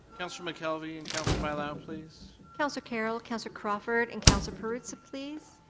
councillor mckelvie and councillor bailao, please. councillor carroll, councillor crawford and councillor perruzza, please.